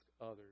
others